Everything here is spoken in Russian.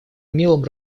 умелым